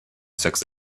six